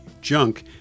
junk